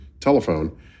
telephone